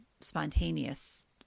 spontaneous